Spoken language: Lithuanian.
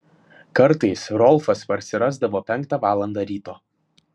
kartais rolfas parsirasdavo penktą valandą ryto